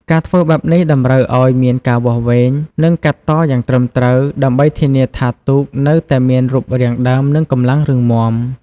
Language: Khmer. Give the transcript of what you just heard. ការធ្វើបែបនេះតម្រូវឲ្យមានការវាស់វែង និងកាត់តយ៉ាងត្រឹមត្រូវ ដើម្បីធានាថាទូកនៅតែមានរូបរាងដើម និងកម្លាំងរឹងមាំ។